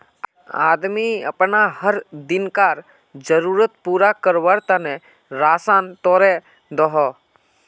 आदमी अपना हर दिन्कार ज़रुरत पूरा कारवार तने राशान तोड़े दोहों